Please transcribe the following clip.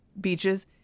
beaches